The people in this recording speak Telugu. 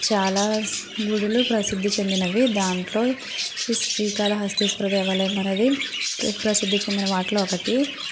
చాలా గుడులు ప్రసిద్ధి చెందినవి దాంట్లో ఈ శ్రీకాళహస్తీశ్వర దేవాలయం అనేది ప్రసిద్ధి చెందిన వాటిలో ఒకటి